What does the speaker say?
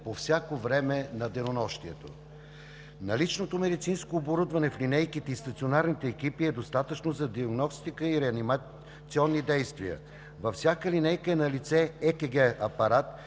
по всяко време на денонощието. Наличното медицинско оборудване в линейките и стационарните екипи е достатъчно за диагностика и реанимационни действия. Във всяка линейка е налице ЕКГ-апарат,